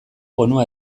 bonua